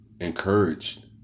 encouraged